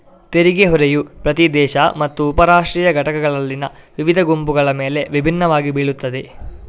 ತೆರಿಗೆ ಹೊರೆಯು ಪ್ರತಿ ದೇಶ ಮತ್ತು ಉಪ ರಾಷ್ಟ್ರೀಯ ಘಟಕಗಳಲ್ಲಿನ ವಿವಿಧ ಗುಂಪುಗಳ ಮೇಲೆ ವಿಭಿನ್ನವಾಗಿ ಬೀಳುತ್ತದೆ